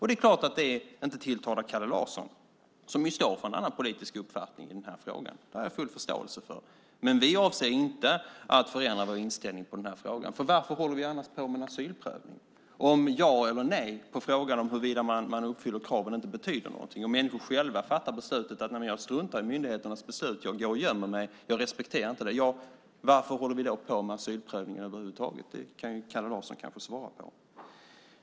Det är klart att det inte tilltalar Kalle Larsson som står för en annan politisk uppfattning i den här frågan. Det har jag full förståelse för. Men vi avser inte att förändra vår inställning. Varför håller vi på med en asylprövning om ja eller nej på frågan om huruvida man uppfyller kraven inte betyder någonting, om människor själva fattar beslutet att strunta i myndigheternas beslut, går och gömmer sig och inte respekterar det? Varför håller vi då på med asylprövning över huvud taget? Det kan Kalle Larsson kanske svara på.